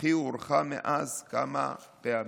אך היא הוארכה מאז כמה פעמים.